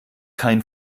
kein